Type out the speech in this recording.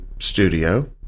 studio